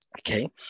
okay